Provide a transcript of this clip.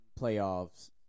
playoffs –